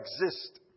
exist